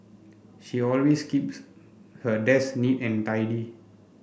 she always keeps her desk neat and tidy